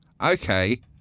okay